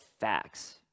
facts